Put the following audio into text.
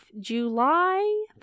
July